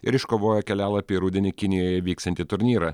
ir iškovojo kelialapį į rudenį kinijoje vyksiantį turnyrą